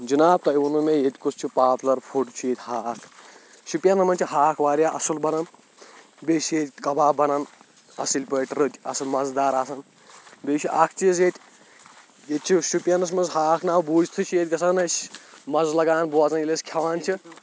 جِناب تۄہہِ ووٚنو مےٚ ییٚتہِ کُس چھُ پاپولَر فُڈ چھُ ییٚتہِ ہاکھ شُپیَنن منٛز چھِ ہاکھ واریاہ اَصل بَنان بیٚیہِ چھِ ییٚتہِ کَباب بَنان اَصل پٲٹھۍ رٕتۍ اَصٕل مَزٕدار آسَان بیٚیہِ چھُ اَکھ چیٖز ییٚتہِ ییٚتہِ چھِ شُپیَنَس منٛز ہاکھ ناو بوٗزۍ تھٕے چھِ ییٚتہِ گژھان اَسہِ مَزٕ لگان بوزنہٕ ییٚلہِ أسۍ کھٮ۪وان چھِ